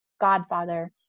godfather